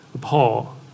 Paul